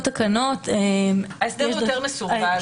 ההסדר הוא יותר מסורבל.